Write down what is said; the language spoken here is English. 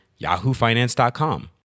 yahoofinance.com